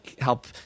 help